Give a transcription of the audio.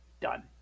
Done